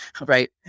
right